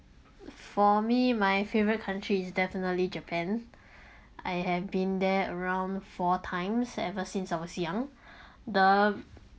for me my favourite country is definitely japan I have been there around four times ever since I was young the